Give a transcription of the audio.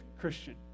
Christian